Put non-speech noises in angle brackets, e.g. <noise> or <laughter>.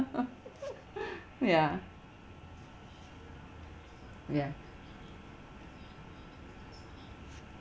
<laughs> ya ya